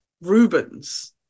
Rubens